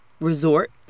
Resort